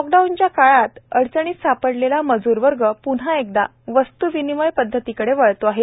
लॉकडाउनच्या काळात अडचणीत सापडलेला मजूर वर्ग पुन्हा एकदा वस्तू विनिमय पदधतीकडे वळतो आहे